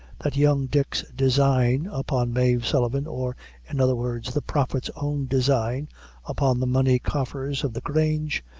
that young dick's design upon mave sullivan, or in other words, the prophet's own design upon the money coffers of the grange,